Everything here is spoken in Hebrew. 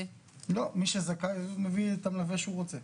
מי שזכאי מביא את המלווה שהוא רוצה.